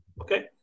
Okay